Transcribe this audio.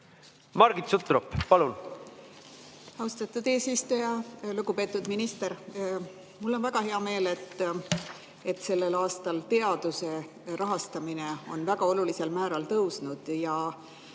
Margit Sutrop, palun! Austatud eesistuja! Lugupeetud minister! Mul on väga hea meel, et sellel aastal teaduse rahastamine on väga olulisel määral tõusnud.